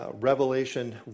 Revelation